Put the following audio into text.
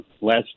last